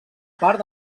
part